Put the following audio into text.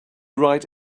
write